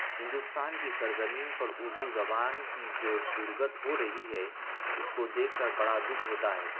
ہندوستان کی سرزمین پر اردو زبان کی جو درگت ہو رہی ہے اس کو دیکھ کر بڑا دکھ ہوتا ہے